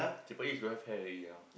Triple-H don't have hair already you know